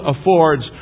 affords